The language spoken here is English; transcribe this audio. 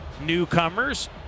newcomers